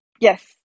Yes